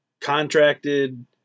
contracted